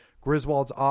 Griswold's